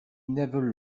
never